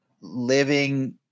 living